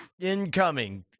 incoming